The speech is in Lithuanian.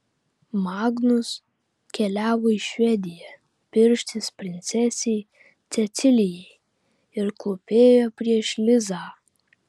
magnus keliavo į švediją pirštis princesei cecilijai ir klūpėjo prieš lizą